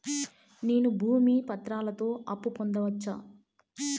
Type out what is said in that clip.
నేను భూమి పత్రాలతో అప్పు పొందొచ్చా?